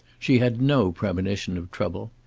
she had no premonition of trouble.